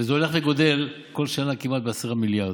וזה הולך וגדל כל שנה כמעט ב-10 מיליארד.